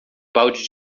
balde